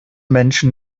menschen